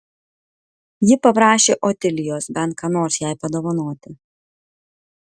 ji paprašė otilijos bent ką nors jai padovanoti